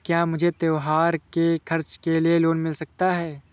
क्या मुझे त्योहार के खर्च के लिए लोन मिल सकता है?